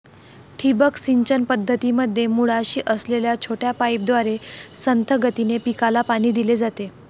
ठिबक सिंचन पद्धतीमध्ये मुळाशी असलेल्या छोट्या पाईपद्वारे संथ गतीने पिकाला पाणी दिले जाते